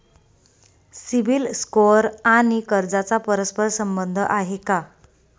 CIBIL score आणि कर्जाचा परस्पर संबंध आहे का?